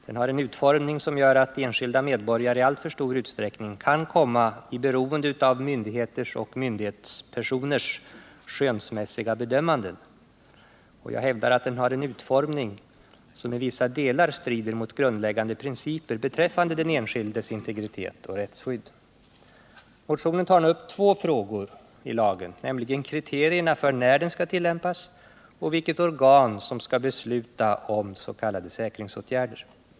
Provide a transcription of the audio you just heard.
Den har en utformning som gör att enskilda medborgare i alltför stor utsträckning kan komma i beroende av myndigheters och myndighetspersoners skönsmässiga bedömanden. Jag hävdar att den har en utformning som i vissa delar strider mot grundläggande principer beträffande den enskildes integritet och rättsskydd. Motionen tar upp två frågor i lagen, nämligen kriterierna när den skall tillämpas och vilket organ som skall besluta om s.k. säkringsåtgärder.